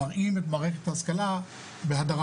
מראים את מערכת ההשכלה בהדרה.